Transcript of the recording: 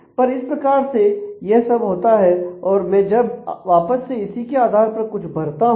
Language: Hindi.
पर इस प्रकार से यह सब होता है और मैं जब वापस से इसी के आधार पर कुछ भरता हूं